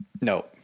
No